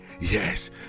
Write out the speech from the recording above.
Yes